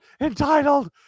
entitled